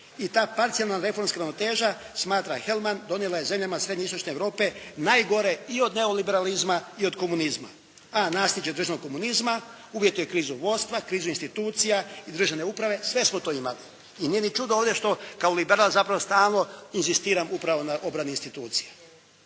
i ta parcijalna reformska ravnoteža smatra Helman donijela je zemljama srednjeistočne Europe najgore i od neoliberalizma i od komunizma, a nasljeđe državnog komunizma uvjet je kriznog vodstva, kriznih institucija i državne uprave, sve smo to imali i nije ni čudo ovdje što kao liberal zapravo stalno inzistiram upravo na obrani institucije.